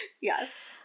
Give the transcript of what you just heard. yes